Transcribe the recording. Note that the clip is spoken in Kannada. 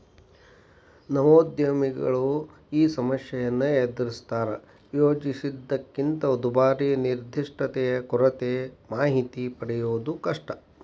ನವೋದ್ಯಮಿಗಳು ಈ ಸಮಸ್ಯೆಗಳನ್ನ ಎದರಿಸ್ತಾರಾ ಯೋಜಿಸಿದ್ದಕ್ಕಿಂತ ದುಬಾರಿ ನಿರ್ದಿಷ್ಟತೆಯ ಕೊರತೆ ಮಾಹಿತಿ ಪಡೆಯದು ಕಷ್ಟ